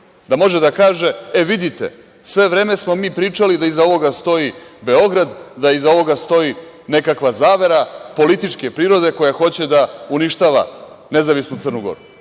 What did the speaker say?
da može da kaže – vidite, sve vreme smo mi pričali da iza ovoga stoji Beograd, da iza ovoga stoji nekakva zavera političke prirode koja hoće da uništava nezavisnu Crnu Goru,